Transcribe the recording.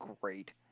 great